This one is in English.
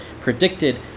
predicted